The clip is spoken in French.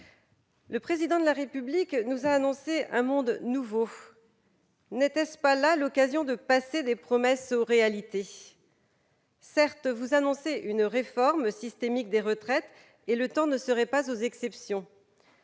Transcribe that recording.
Le Président de la République nous a annoncé un monde nouveau. N'était-ce pas là l'occasion de passer des promesses aux réalités ? Certes, vous annoncez une réforme systémique des retraites, et le temps ne serait pas aux exceptions.